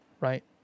right